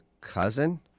cousin